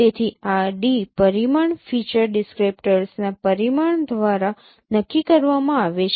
તેથી આ D પરિમાણ ફીચર ડિસક્રીપ્ટર્સના પરિમાણ દ્વારા નક્કી કરવામાં આવે છે